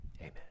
amen